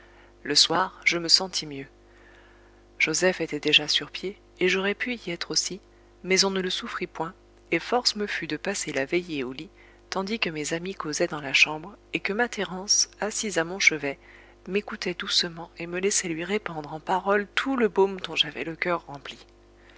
le soir je me sentis mieux joseph était déjà sur pied et j'aurais pu y être aussi mais on ne le souffrit point et force me fut de passer la veillée au lit tandis que mes amis causaient dans la chambre et que ma thérence assise à mon chevet m'écoutait doucement et me laissait lui répandre en paroles tout le baume dont j'avais le coeur rempli